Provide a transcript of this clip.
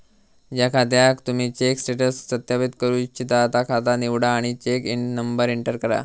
ज्या खात्याक तुम्ही चेक स्टेटस सत्यापित करू इच्छिता ता खाता निवडा आणि चेक नंबर एंटर करा